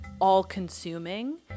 all-consuming